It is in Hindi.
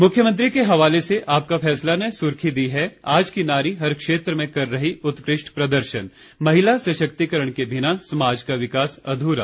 मुख्यमंत्री के हवाले से आपका फैसला ने सुर्खी दी है आज की नारी हर क्षेत्र में कर रही उत्कृष्ट प्रदर्शन महिला सशक्तिकरण के बिना समाज का विकास अधुरा